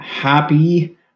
Happy